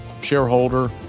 shareholder